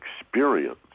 experience